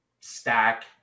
stack